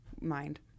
mind